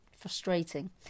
frustrating